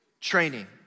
Training